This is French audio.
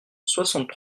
soixante